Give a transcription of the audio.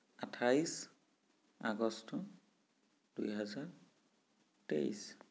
আঠাইছ আগষ্ট দুহেজাৰ তেইছ